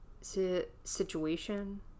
situation